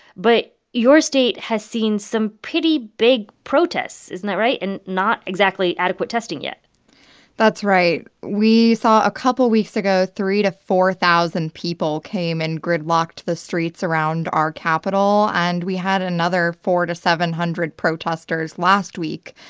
but your state has seen some pretty big protests isn't that right? and not exactly adequate testing yet that's right. we saw a couple weeks ago three to four thousand people came and gridlocked the streets around our capitol. and we had another four to seven hundred protesters last week.